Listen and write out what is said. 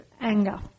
anger